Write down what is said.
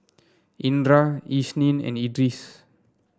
Indra Isnin and Idris